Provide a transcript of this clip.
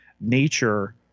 nature